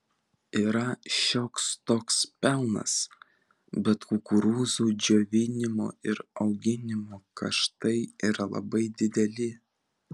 yra šioks toks pelnas bet kukurūzų džiovinimo ir auginimo kaštai yra labai dideli